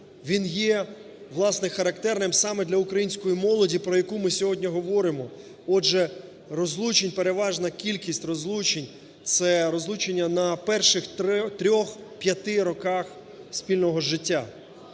він є, власне, характерним саме для української молоді, про яку ми сьогодні говоримо. Отже, переважна кількість розлучень це розлучення на перших 3-5 роках спільного життя.